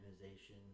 organization